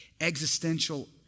existential